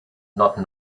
not